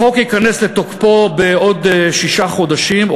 החוק ייכנס לתוקפו בעוד שישה חודשים,